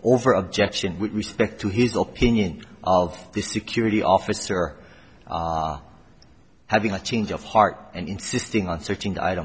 over objection with respect to his opinion of the security officer having a change of heart and insisting on searching i